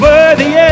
Worthy